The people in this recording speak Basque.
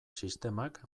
sistemak